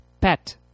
pet